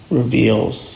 reveals